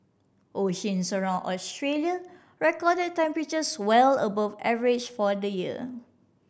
oceans around Australia recorded temperatures well above average for the year